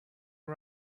are